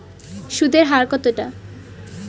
সুদের হার কতটা?